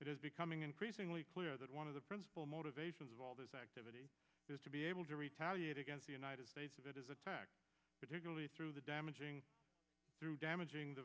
it is becoming increasingly clear that one of the principal motivations of all this activity is to be able to retaliate against the united states that it is attacked particularly through the damaging through damaging the